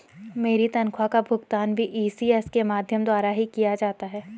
मेरी तनख्वाह का भुगतान भी इ.सी.एस के माध्यम द्वारा ही किया जाता है